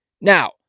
Now